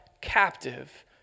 captive